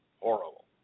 horrible